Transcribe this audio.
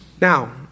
Now